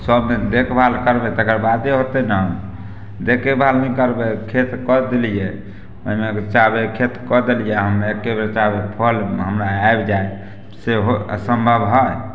सभमे देखभाल करबै तकर बादे होतै ने देखेभाल नहि करबै खेत कोड़ि देलियै ओइमे विचार रहय खेत कोड़ि देलियै हम एके बेर चाहबै फल हमरा आबि जाइ सेहो सम्भव हइ